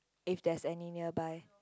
if there's any nearby